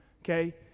okay